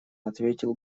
ответил